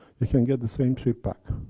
we can get the same treatment.